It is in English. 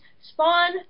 Spawn